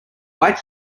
white